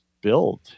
build